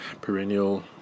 perennial